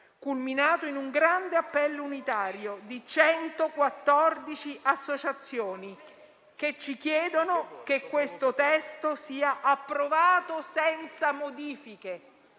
culminato in un grande appello di 114 associazioni che ci chiedono che questo testo sia approvato senza modifiche.